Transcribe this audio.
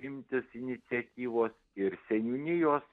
imtis iniciatyvos ir seniūnijos